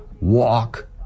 walk